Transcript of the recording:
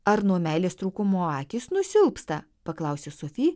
ar nuo meilės trūkumo akys nusilpsta paklausė sofi